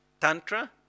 Tantra